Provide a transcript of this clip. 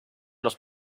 los